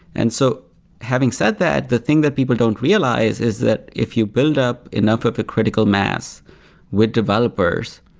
and so having said that, the thing that people don't realize is that if you build up enough of a critical mass with developers,